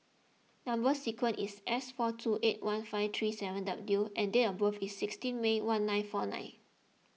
Number Sequence is S four two eight one five three seven W and date of birth is sixteen May one nine four nine